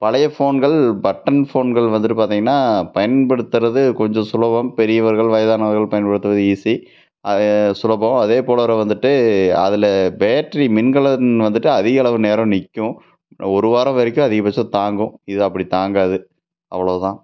பழைய ஃபோன்கள் பட்டன் ஃபோன்கள் வந்துட்டு பார்த்தீங்கனா பயன்படுத்துகிறது கொஞ்சம் சுலபம் பெரியவர்கள் வயதானவர்கள் பயன்படுத்துகிறது ஈசி அது சுலபம் அதேபோல் வந்துட்டு அதில் பேட்ரி மின்கலம் வந்துட்டு அதிகளவு நேரம் நிற்கும் ஒருவாரம் வரைக்கும் அதிகபட்சம் தாங்கும் இது அப்படி தாங்காது அவ்வளவுதான்